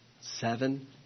seven